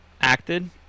acted